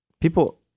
People